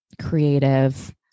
creative